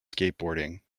skateboarding